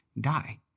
die